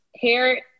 hair